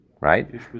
Right